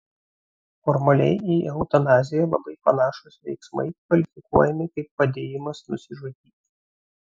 formaliai į eutanaziją labai panašūs veiksmai kvalifikuojami kaip padėjimas nusižudyti